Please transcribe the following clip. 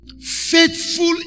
Faithful